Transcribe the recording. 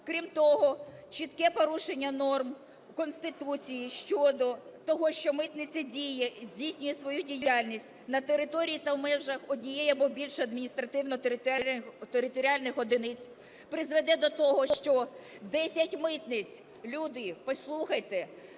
Крім того, чітке порушення норм Конституції щодо того, що митниця діє, здійснює свою діяльність на території та у межах однієї або більше адміністративно-територіальних одиниць, призведе до того, що десять митниць, люди, послухайте,